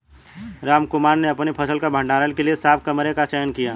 रामकुमार ने अपनी फसल के भंडारण के लिए साफ कमरे का चयन किया